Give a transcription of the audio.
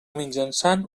mitjançant